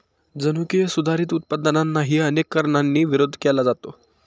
जनुकीय सुधारित उत्पादनांनाही अनेक कारणांनी विरोध केला जातो